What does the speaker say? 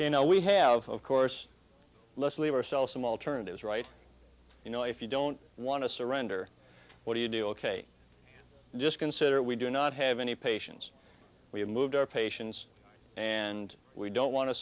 know we have of course let's leave ourselves some alternatives right you know if you don't want to surrender what do you do ok just consider we do not have any patients we have moved our patients and we don't want to